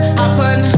happen